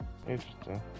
Interesting